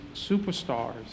superstars